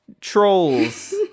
trolls